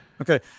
Okay